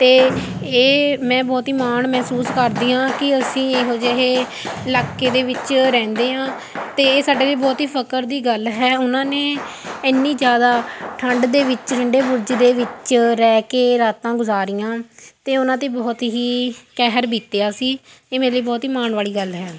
ਅਤੇ ਇਹ ਮੈਂ ਬਹੁਤ ਹੀ ਮਾਣ ਮਹਿਸੂਸ ਕਰਦੀ ਹਾਂ ਕਿ ਅਸੀਂ ਇਹੋ ਜਿਹੇ ਇਲਾਕੇ ਦੇ ਵਿੱਚ ਰਹਿੰਦੇ ਹਾਂ ਅਤੇ ਇਹ ਸਾਡੇ ਲਈ ਬਹੁਤ ਹੀ ਫ਼ਕਰ ਦੀ ਗੱਲ ਹੈ ਉਹਨਾਂ ਨੇ ਇੰਨੀ ਜ਼ਿਆਦਾ ਠੰਢ ਦੇ ਵਿੱਚ ਠੰਢੇ ਬੁਰਜ ਦੇ ਵਿੱਚ ਰਹਿ ਕੇ ਰਾਤਾਂ ਗੁਜ਼ਾਰੀਆਂ ਅਤੇ ਉਹ'ਨਾਂ 'ਤੇ ਬਹੁਤ ਹੀ ਕਹਿਰ ਬੀਤਿਆਂ ਸੀ ਇਹ ਮੇਰੇ ਲਈ ਬਹੁਤ ਹੀ ਮਾਣ ਵਾਲੀ ਗੱਲ ਹੈ